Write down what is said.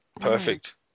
Perfect